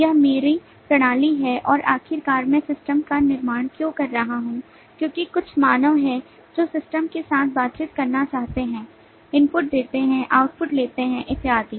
यह मेरी प्रणाली है और आखिरकार मैं सिस्टम का निर्माण क्यों कर रहा हूं क्योंकि कुछ मानव हैं जो सिस्टम के साथ बातचीत करना चाहते हैं इनपुट देते हैं आउटपुट लेते हैं इत्यादि